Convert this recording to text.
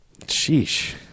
Sheesh